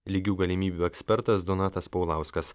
lygių galimybių ekspertas donatas paulauskas